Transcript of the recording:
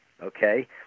okay